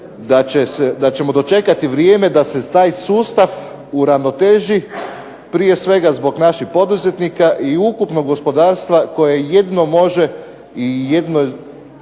da ćemo dočekati vrijeme da se taj sustav uravnoteži, prije svega zbog naših poduzetnika i ukupnog gospodarstva koje jedino može i jedino